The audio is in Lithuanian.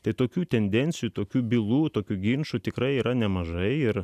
tai tokių tendencijų tokių bylų tokių ginčų tikrai yra nemažai ir